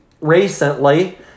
recently